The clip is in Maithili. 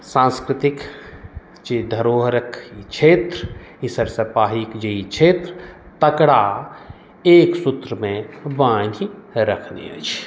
सांस्कृतिक जे धरोहरक ई क्षेत्र ई सरिसब पाहीक जे ई क्षेत्र तकरा एक सूत्रमे बान्हि रखने अछि